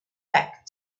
back